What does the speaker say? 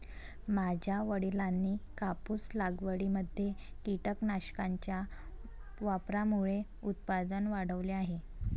माझ्या वडिलांनी कापूस लागवडीमध्ये कीटकनाशकांच्या वापरामुळे उत्पादन वाढवले आहे